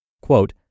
quote